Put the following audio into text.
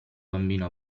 bambino